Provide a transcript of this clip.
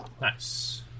Nice